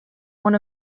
one